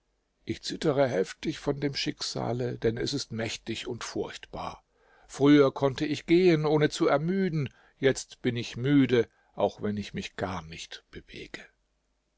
ich zittere heftig von dem schicksale denn es ist mächtig und furchtbar früher konnte ich gehen ohne zu ermüden jetzt bin ich müde auch wenn ich mich gar nicht bewege